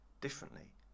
differently